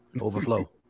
Overflow